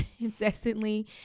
incessantly